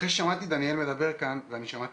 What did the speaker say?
אחרי ששמעתי את דניאל מדבר כאן ואני שמעתי